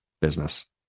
business